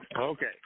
Okay